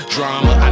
Drama